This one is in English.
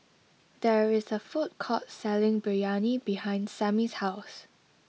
there is a food court selling Biryani behind Sammy's house